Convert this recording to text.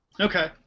Okay